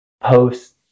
post